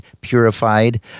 purified